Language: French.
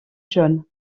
jaune